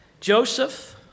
Joseph